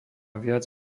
viac